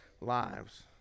lives